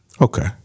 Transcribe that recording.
okay